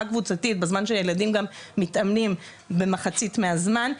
קבוצתית שילדים גם מתאמנים במחצית מהזמן,